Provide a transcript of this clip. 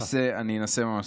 אני ממש אנסה.